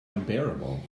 unbearable